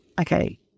Okay